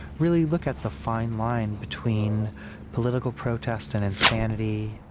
really look at the fine line between political protest and insanity.